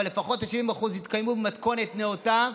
אבל לפחות ה-70% יתקיימו במתכונת נאותה,